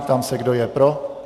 Ptám se, kdo je pro.